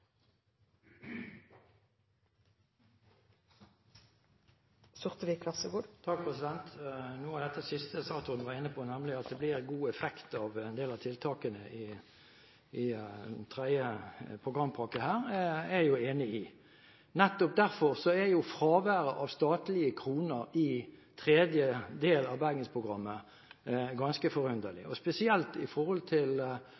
blir en god effekt av en del av tiltakene i tredje programpakke, er jeg enig i. Nettopp derfor er jo fraværet av statlige kroner i tredje del av Bergensprogrammet ganske forunderlig, spesielt i forhold til